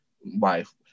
wife